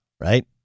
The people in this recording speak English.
right